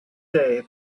day